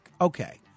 Okay